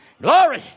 Glory